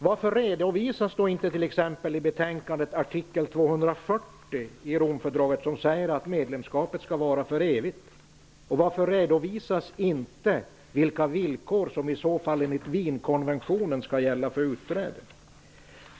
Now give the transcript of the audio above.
Varför redovisas då inte t.ex. artikel 240 i Romfördraget i betänkandet? Den anger att medlemsskapet skall vara för evigt. Wienkonventionen skall gälla för utträde?